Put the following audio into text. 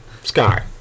sky